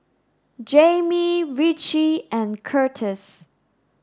Jami Ritchie and Curtiss